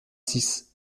six